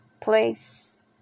place